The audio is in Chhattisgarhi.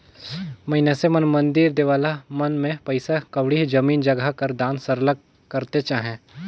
मइनसे मन मंदिर देवाला मन में पइसा कउड़ी, जमीन जगहा कर दान सरलग करतेच अहें